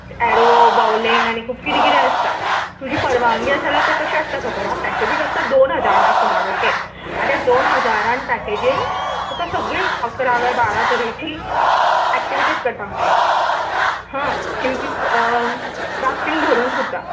arrow बावलींग आनी खूब किरें किरें आसता तुजी परवांगी आसा जाल्यार तें कशें आसता खबर हा पॅकजच आसता दोन हजारा सुमार ओके आनी त्या दोन हजारान पॅकेजीन तुका सगळी अकरा कांय बारा तरेचीं एक्टिविटीस करपाक मेळटा हां हिंती राफ्टींग धरून सुद्दां